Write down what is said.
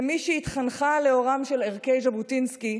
כמי שהתחנכה לאורם של ערכי ז'בוטינסקי,